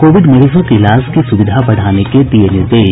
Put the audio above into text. Covid मरीजों के इलाज की सुविधा बढ़ाने के दिये निर्देश